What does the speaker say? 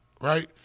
Right